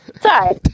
Sorry